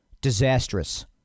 Disastrous